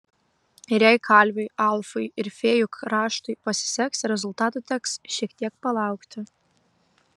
ir jei kalviui alfui ir fėjų kraštui pasiseks rezultatų teks šiek tiek palaukti